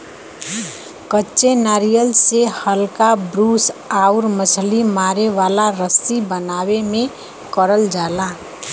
कच्चे नारियल से हल्का ब्रूस आउर मछरी मारे वाला रस्सी बनावे में करल जाला